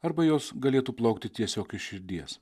arba jos galėtų plaukti tiesiog iš širdies